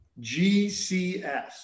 GCS